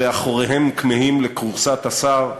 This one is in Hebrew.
ואחוריהם כמהים לכורסת השר,